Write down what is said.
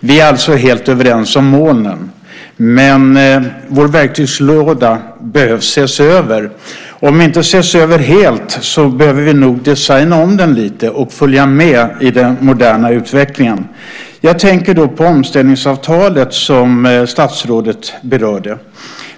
Vi är alltså helt överens om målen, men vår verktygslåda behöver ses över, om inte ses över helt så behöver vi nog designa om den lite och följa med i den moderna utvecklingen. Jag tänker då på omställningsavtalet som statsrådet berörde.